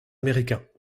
américains